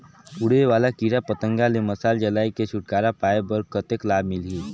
उड़े वाला कीरा पतंगा ले मशाल जलाय के छुटकारा पाय बर कतेक लाभ मिलही?